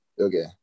okay